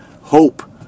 Hope